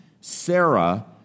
Sarah